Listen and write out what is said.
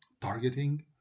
targeting